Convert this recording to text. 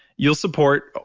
you'll support